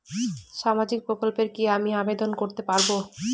সামাজিক প্রকল্পে কি আমি আবেদন করতে পারবো?